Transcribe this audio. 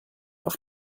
auf